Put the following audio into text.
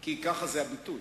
זה הביטוי.